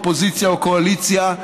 אופוזיציה או קואליציה,